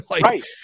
Right